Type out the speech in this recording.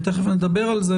ותכף נדבר על זה,